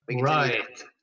Right